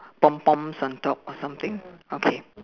pom poms on top or something okay